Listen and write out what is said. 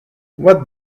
what